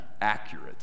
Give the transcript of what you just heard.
accurate